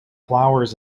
flowers